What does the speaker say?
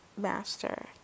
master